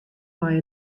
nei